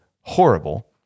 horrible